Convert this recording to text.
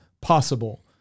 possible